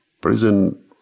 Prison